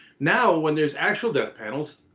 now when there's actual death panels,